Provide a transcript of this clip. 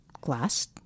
glass